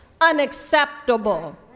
unacceptable